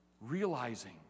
realizing